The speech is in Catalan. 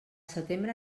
setembre